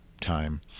time